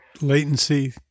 Latency